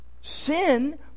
Sin